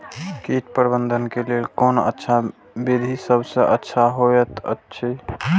कीट प्रबंधन के लेल कोन अच्छा विधि सबसँ अच्छा होयत अछि?